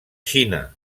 xina